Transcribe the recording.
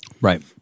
right